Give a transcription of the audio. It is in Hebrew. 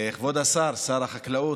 כבוד השר, שר החקלאות,